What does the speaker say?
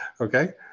Okay